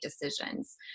decisions